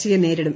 C യെ നേരിടും